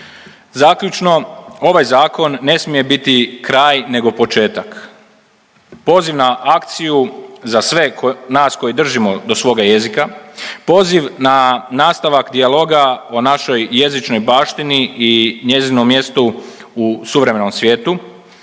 Zaključno, ovaj Zakon ne smije biti kraj nego početak. Poziv na akciju za sve nas koji držimo do svoga jezika, poziv na nastavak dijaloga o našoj jezičnoj baštini i njezinom mjestu u suvremenom svijetu,